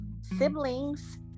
siblings